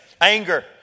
Anger